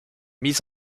mis